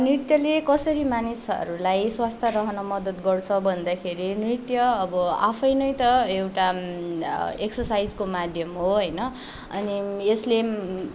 नृत्यले कसरी मानिसहरूलाई स्वस्थ रहन मद्दत गर्छ भन्दाखेरि नृत्य अब आफै नै त एउटा एक्सर्साइजको माध्यम हो होइन अनि यसले